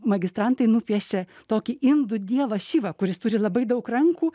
magistrantai nupiešė tokį indų dievą šyvą kuris turi labai daug rankų